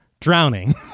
drowning